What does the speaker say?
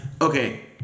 okay